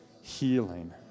Healing